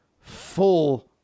full